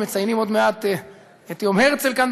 מציינים עוד מעט את יום הרצל כאן,